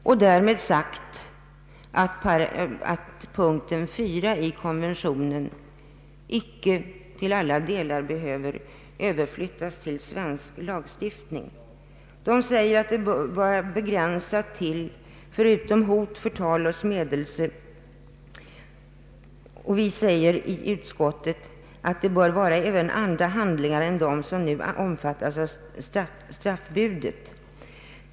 De anser att det straffbara området bör bestämmas till hot, förtal och smädelse — och inte till missaktning som propositionen anger. Utskottsmajoriteten anser att lagstiftningen bör gälla även andra handlingar än dem som nu omfattas av straffbudet.